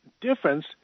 difference